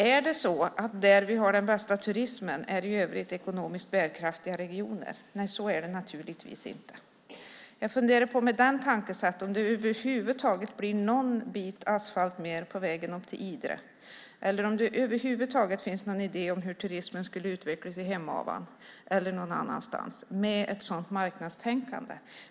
Är de regioner där vi har den bästa turismen i övrigt ekonomiskt bärkraftiga regioner? Nej, så är det naturligtvis inte. Jag funderar på om det med det tänkesättet över huvud taget blir någon mer bit asfalt på vägen upp till Idre eller om det över huvud taget finns någon idé om hur turismen skulle utvecklas i Hemavan eller någon annanstans, alltså med ett sådant marknadstänkande.